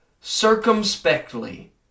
circumspectly